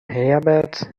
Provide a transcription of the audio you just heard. herbert